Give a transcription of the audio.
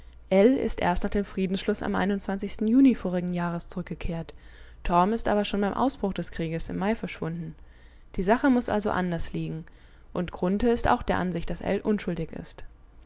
ist erst nach dem friedensschluß am juni vorigen jahres zurückgekehrt torm ist aber schon beim ausbruch des krieges im mai verschwunden die sache muß also anders liegen und grunthe ist auch der ansicht daß ell unschuldig ist